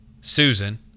Susan